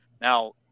now